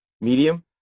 medium